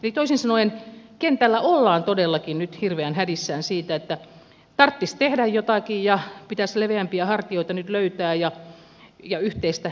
eli toisin sanoen kentällä ollaan todellakin nyt hirveän hädissään siitä että tarttis tehdä jotakin pitäisi leveämpiä hartioita nyt löytää ja yhteistä järjestäjäverkkoa